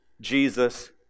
Jesus